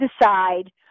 decide